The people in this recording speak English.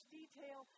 detail